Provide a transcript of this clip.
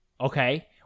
Okay